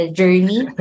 journey